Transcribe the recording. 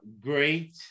Great